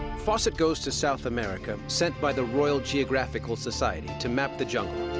fawcett goes to south america, sent by the royal geographical society, to map the jungle.